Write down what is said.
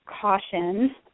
caution